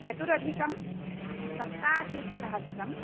चतुरधिकं सप्ताशीतिसहस्रं